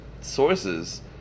sources